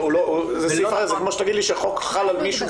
זה כמו שתגיד לי שהחוק חל על מישהו,